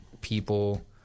people